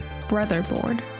brotherboard